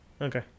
Okay